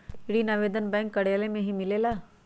ऋण आवेदन बैंक कार्यालय मे ही मिलेला?